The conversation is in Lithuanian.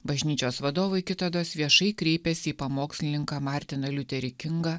bažnyčios vadovai kitados viešai kreipėsi į pamokslininką martiną liuterį kingą